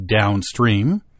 downstream